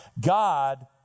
God